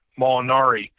Molinari